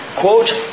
Quote